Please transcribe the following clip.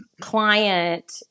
client